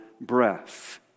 breath